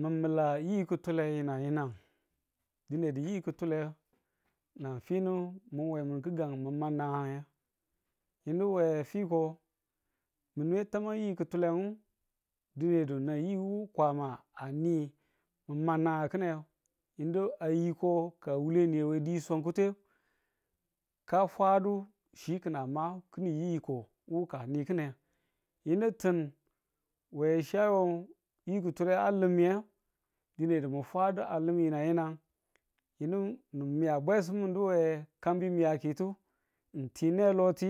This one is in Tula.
mi̱n mi̱la yi̱ ki̱tule yi̱nang yi̱nang dine yi ki̱tule nan fino mi̱n we min gi̱gang mi̱n man nagange yinu we fiko, mi̱n nwe tamang yi ki̱tuleyu dine do na yu Kwama a ni mi̱n ma nagang ki̱n ne yinu a yiko ka wuleni we di swankuten ka fwadu chi ki̱n a ma ki̱ ni̱n yiko wu ka nikine. yin ti̱n we chi ayo yi kịtule a lim miye dine di̱ mi̱ fwadu a lim mi yi̱nag yi̱nang, yinu ni miya bwesimu mi̱n du we kabi miyaki to ng ti ne lo ti